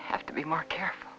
have to be more careful